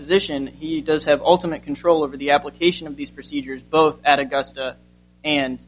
position he does have ultimate control over the application of these procedures both at augusta and